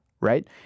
right